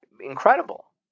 Incredible